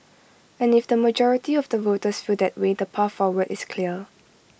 and if the majority of the voters feel that way the path forward is clear